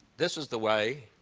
this is the way,